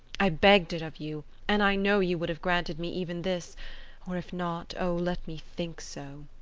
i begged it of you, and i know you would have granted me even this or if not, o let me think so